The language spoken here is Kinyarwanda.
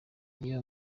iyo